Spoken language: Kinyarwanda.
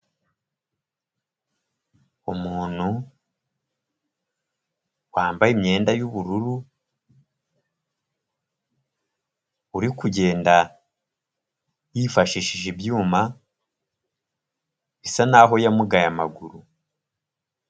Umuntu wambaye imyenda y'uburu, uri kugenda yifashishije ibyuma bisa naho yamugaye amaguru.